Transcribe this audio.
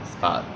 oh